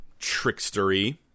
trickstery